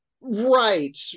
Right